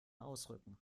ausrücken